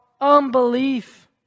unbelief